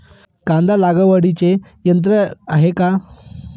कांदा लागवडीचे यंत्र आहे का?